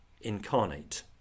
incarnate